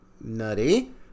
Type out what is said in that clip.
nutty